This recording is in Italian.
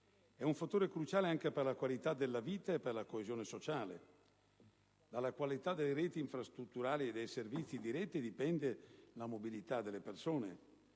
È un fattore cruciale anche per la qualità della vita e per la coesione sociale: dalla qualità delle reti infrastrutturali e dei servizi di rete dipende la mobilità delle persone,